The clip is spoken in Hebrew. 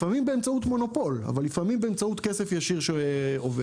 לפעמים באמצעות מונופול אבל לפעמים באמצעות כסף ישיר שעובר.